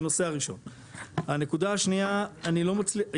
הנקודה השנייה אני לא מצליח,